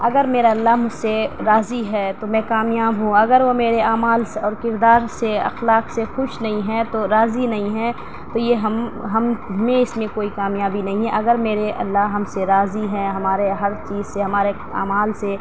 اگر میرا اللّہ مجھ سے راضی ہے تو میں کامیاب ہوں اگر وہ میرے اعمال سے اور کردار سے اخلاق سے خوش نہیں ہے تو راضی نہیں ہے تو یہ ہم ہم نے اس میں کوئی کامیابی نہیں ہے اگر میرے اللّہ ہم سے راضی ہیں ہمارے ہر چیز سے ہمارے اعمال سے